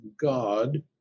God